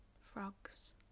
frogs